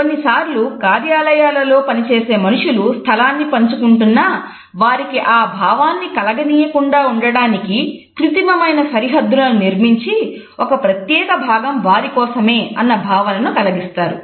కొన్నిసార్లు కార్యాలయాలలో పనిచేసే మనుషులు స్థలాన్ని పంచుకుంటున్నా వారికి ఆ భావాన్ని కలగ నీయకుండా ఉండడానికి కృత్రిమమైన సరిహద్దులను నిర్మించి ఒక ప్రత్యేక భాగం వారి కోసమే అన్న భావనను కలిగిస్తారు